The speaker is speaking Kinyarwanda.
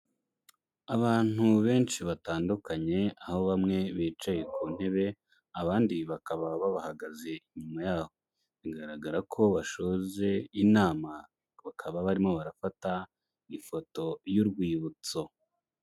Abantu benshi batandukanye, aho bamwe bicaye ku ntebe abandi bakaba babahagaze inyuma yaho. Bigaragara ko bashoje inama, bakaba barimo barafata ifoto y'urwibutso.